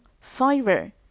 Fiber